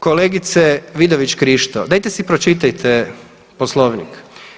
Kolegice Vidović Krišto dajte si pročitajte Poslovnik.